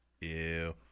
Ew